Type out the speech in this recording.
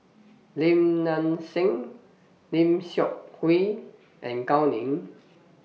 Lim Nang Seng Lim Seok Hui and Gao Ning